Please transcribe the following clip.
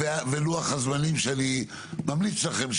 ולוח הזמנים שאני ממליץ לכם,